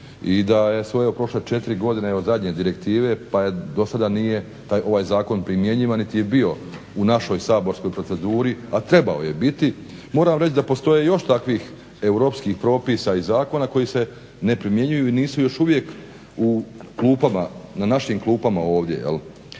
i da je prošlo 4 godine od zadnje direktive pa do sada nije ovaj zakon primjenjivan niti je bio u našoj saborskoj proceduri, a trebao je biti. Moram reći da postoji još takvih europskih propisa i zakona koji se ne primjenjuju i nisu još uvijek na našim klupama ovdje